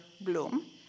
bloom